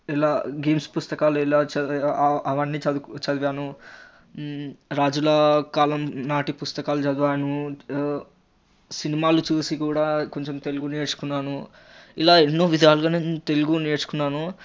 ఇలా గేమ్స్ పుస్తకాలు ఇలా చ అవన్నీ చదువుకు చదివాను రాజులా కాలంనాటి పుస్తకాలు చదివాను సినిమాలు చూసి కూడా కొంచెం తెలుగు నేర్చుకున్నాను ఇలా ఎన్నో విధాలుగా నేను తెలుగు నేర్చుకున్నాను